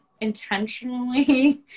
intentionally